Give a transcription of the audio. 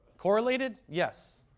correlated, yes.